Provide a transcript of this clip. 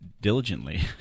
diligently